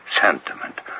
sentiment